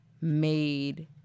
made